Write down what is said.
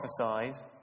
prophesied